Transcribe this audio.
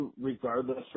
regardless